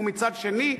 ומצד שני,